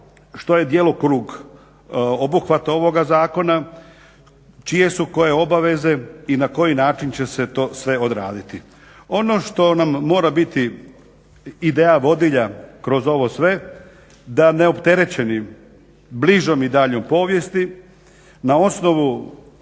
što je djelokrug obuhvata ovoga zakona, čije su koje obaveze i na koji način će se to sve odraditi. Ono što nam mora biti ideja vodilja kroz ovo sve da neopterećeni bližom i daljnjom povijesti na osnovu